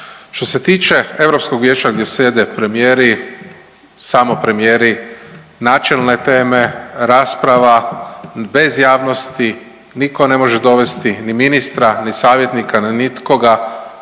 Što se tiče Europskog Vijeća gdje sjede premijeri samo premijeri načelne teme, rasprava bez javnosti, niko ne može dovesti ni ministra, ni savjetnika, ni nitkoga